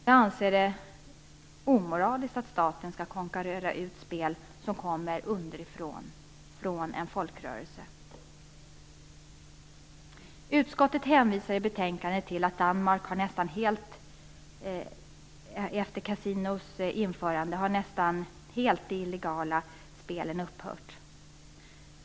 Jag anser det omoraliskt att staten skall konkurrera ut spel som kommer underifrån, från en folkrörelse. Utskottet hänvisar i betänkandet till att de illegala spelen i Danmark efter kasinots införande nästan helt har upphört.